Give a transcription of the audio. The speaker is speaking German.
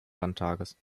landtages